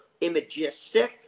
imagistic